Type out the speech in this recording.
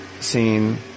scene